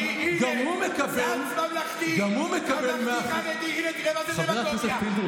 גם הוא מקבל 100% לא,